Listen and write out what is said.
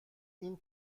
این